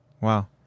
Wow